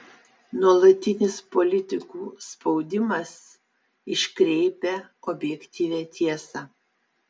nuolatinis politikų spaudimas iškreipia objektyvią tiesą